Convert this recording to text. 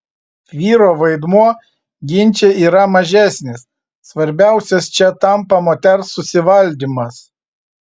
vyro vaidmuo ginče yra mažesnis svarbiausias čia tampa moters susivaldymas